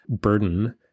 burden